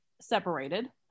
separated